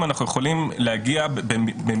היא מוכרעת גם בוועדה וגם